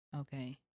okay